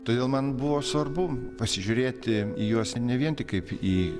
todėl man buvo svarbu pasižiūrėti į juos ne vien tik kaip į